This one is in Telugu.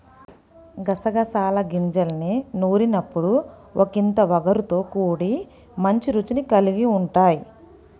గసగసాల గింజల్ని నూరినప్పుడు ఒకింత ఒగరుతో కూడి మంచి రుచిని కల్గి ఉంటయ్